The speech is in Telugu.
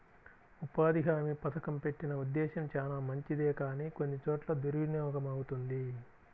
ఉపాధి హామీ పథకం పెట్టిన ఉద్దేశం చానా మంచిదే కానీ కొన్ని చోట్ల దుర్వినియోగమవుతుంది